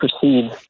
proceed